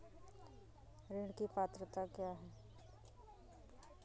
ऋण की पात्रता क्या है?